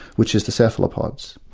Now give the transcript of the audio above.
which is the cephalopods.